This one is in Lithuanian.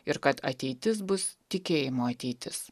ir kad ateitis bus tikėjimo ateitis